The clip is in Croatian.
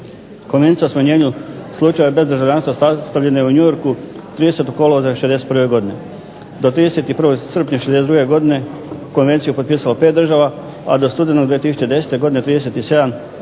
Konvencija o smanjenju slučajeva bezdržavljanstva sastavljena je New Yorku 30. kolovoza 1961. godine. Do 31. srpnja 1962. godine konvenciju je potpisao 5 država, a do studenog 2010. godine 37